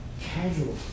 casual